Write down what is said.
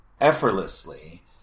effortlessly